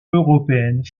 européenne